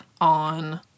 on